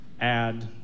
add